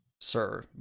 Sir